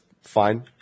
fine